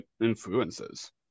influences